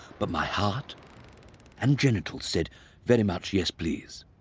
but my heart and genitals said very much yes please.